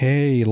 Hey